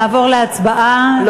נעבור להצבעה,